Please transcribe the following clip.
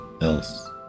else